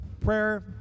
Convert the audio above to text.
prayer